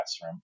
classroom